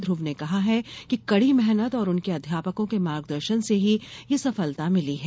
ध्रव ने कहा है कि कड़ी मेहनत और उनके अध्यापकों के मार्गदर्शन से ही यह सफलता मिली है